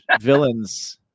villains